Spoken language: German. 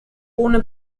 ohne